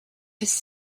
has